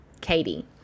Katie